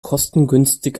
kostengünstig